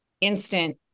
instant